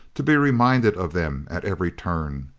to be reminded of them at every turn!